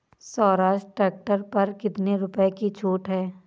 Swaraj tractor पर कितनी रुपये की छूट है?